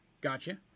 Gotcha